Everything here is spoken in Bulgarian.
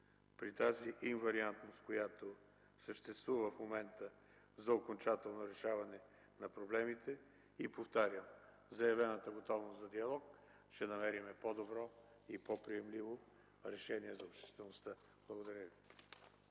при тази инвариантност, която съществува в момента, за окончателно решаване на проблемите и, повтарям, заявената готовност за диалог ще намерим по-добро и по-приемливо решение за обществеността. Благодаря Ви.